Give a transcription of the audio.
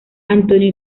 antonio